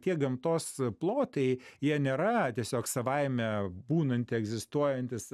tie gamtos plotai jie nėra tiesiog savaime būnanti egzistuojantis